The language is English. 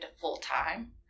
full-time